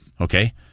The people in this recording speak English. Okay